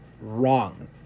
wrong